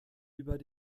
über